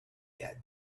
yet